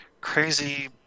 crazy